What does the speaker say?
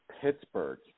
Pittsburgh